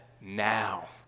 now